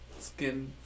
skin